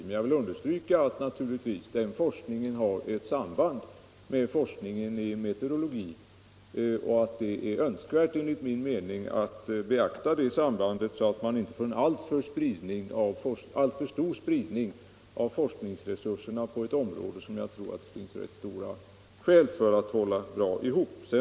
Men jag vill framhålla att den forskningen naturligtvis har ett samband med forskningen i meteorologi och att det enligt min mening är önskvärt att beakta detta samband, så att vi inte får en alltför stor spridning av forskningsresurserna på ett område där jag tror att det finns goda skäl att hålla ihop dem.